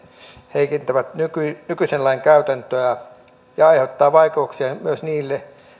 heikentävät nykyisen nykyisen lain käytäntöä ja aiheuttavat vaikeuksia myös niille